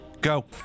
Go